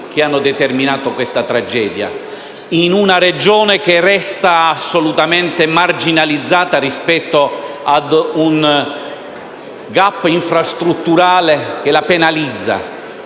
che hanno determinato questa tragedia, in una Regione che resta assolutamente marginalizzata a causa del *gap* infrastrutturale che la penalizza.